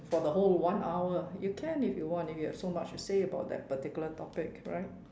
for the whole one hour you can if you want if you have so much to say about that particular topic right